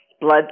blood